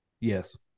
Yes